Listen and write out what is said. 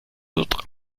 autres